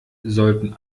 sollten